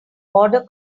border